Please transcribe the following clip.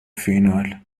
فینال